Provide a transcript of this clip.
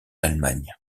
allemagne